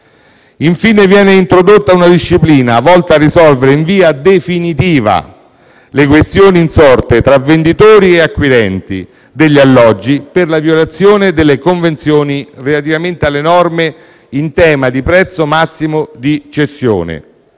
Infine, viene introdotta una disciplina volta a risolvere in via definitiva le questioni insorte tra venditori e acquirenti degli alloggi per la violazione delle convenzioni relativamente alle norme in tema di prezzo massimo di cessione,